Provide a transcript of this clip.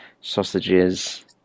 sausages